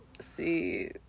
See